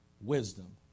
Wisdom